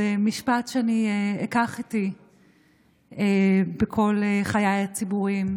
זה משפט שאני אקח איתי לכל חיי הציבוריים,